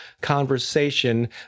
conversation